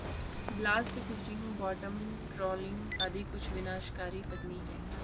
blast fishing, bottom trawling आदि कुछ विनाशकारी तकनीक है